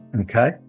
Okay